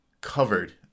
covered